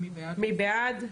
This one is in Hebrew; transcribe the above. הצבעה בעד,